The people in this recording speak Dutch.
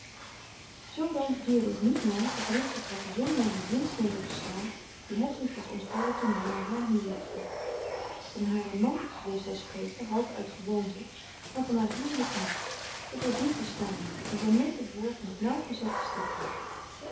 zoo dan duurde het niet lang of ritsert had de zonderlinge zinsnede verstaan die hedwig was ontvallen toen hij naar haar huwelijk vroeg van haren man frederik van eeden van de koele meren des doods bleef zij spreken half uit gewoonte maar van haar huwelijk niet dat was niet bestaande en zij meed het woord met nauwgezette stiptheid